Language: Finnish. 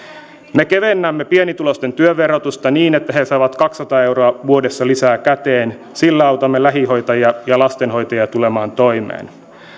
me kevennämme pienituloisten työn verotusta niin että he saavat kaksisataa euroa vuodessa lisää käteen sillä autamme lähihoitajia ja lastenhoitajia tulemaan toimeen